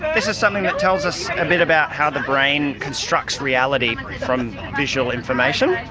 this is something that tells us a bit about how the brain constructs reality from visual information.